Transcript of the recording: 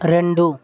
రెండు